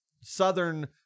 Southern